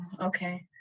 okay